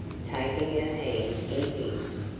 taking her hand in his.